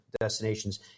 destinations